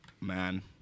man